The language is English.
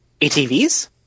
ATVs